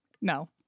No